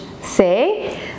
say